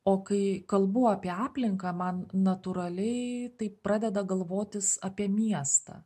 o kai kalbu apie aplinką man natūraliai taip pradeda galvotis apie miestą